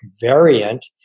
variant